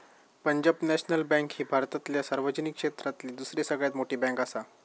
Punjab national bank ही भारतातल्या सार्वजनिक क्षेत्रातली दुसरी सगळ्यात मोठी बँकआसा